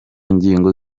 ngingo